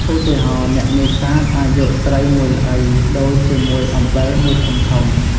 ឧទាហរណ៍ អ្នកនេសាទអាចយកត្រីមួយល្អីដូរជាមួយអំបិលមួយធុងធំ។